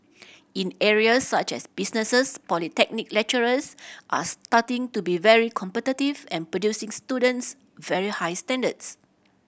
in areas such as businesses polytechnic lecturers are starting to be very competitive and producing students very high standards